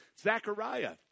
Zechariah